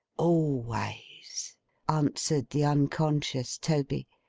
always, answered the unconscious toby.